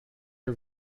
are